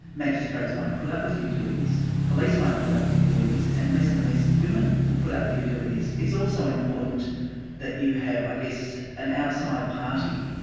magistrates won't put up with you doing this police won't put up with you doing this, and less and less women will put up with you doing this. it's also important that you have i guess an outside party,